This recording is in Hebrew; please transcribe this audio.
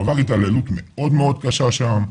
עבר התעללות מאוד מאוד קשה שם,